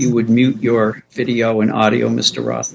you would mute your video and audio mr ross